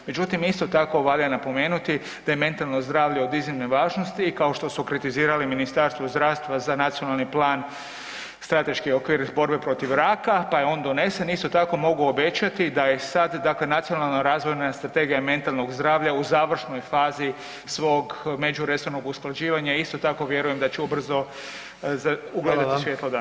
Međutim, isto tako valja napomenuti da je mentalno zdravlje od iznimne važnosti i kao što su kritizirali Ministarstvo zdravstva za Nacionalni plan strateški okvir borbe protiv raka, pa je on donesen, isto tako mogu obećati da je sad dakle Nacionalna razvojna strategija mentalnog zdravlja u završnoj fazi svog međuresornog usklađivanja, isto tako vjerujem da će ubrzo ugledati svjetlo dana.